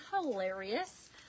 hilarious